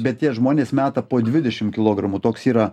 bet tie žmonės meta po dvidešim kilogramų toks yra